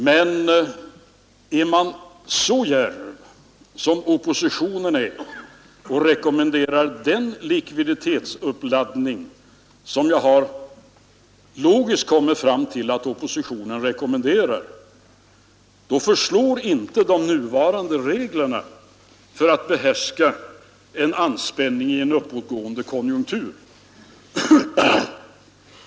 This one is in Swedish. Men är man så djärv som oppositionen är och rekommenderar den likviditetsuppladdning som jag logiskt kommit fram till att oppositionen rekommenderar, då förslår inte de nuvarande reglerna för att behärska en anspänning i en uppåtgående konjunktur.